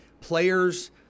players